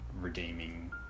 redeeming